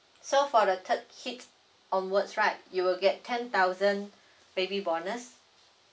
so for the third kids onwards right you will get ten thousand baby bonus